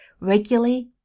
regularly